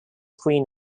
queen